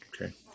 Okay